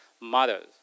mothers